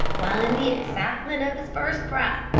while in the excitement of his first fright,